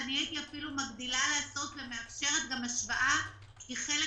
אני הייתי אפילו מגדילה לעשות ומאפשרת גם השוואה כי לחלק